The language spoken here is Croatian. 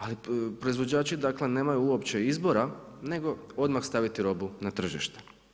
Ali proizvođači dakle nemaju uopće izbora nego odmah staviti robu na tržište.